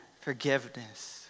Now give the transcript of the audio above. forgiveness